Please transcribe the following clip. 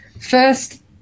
first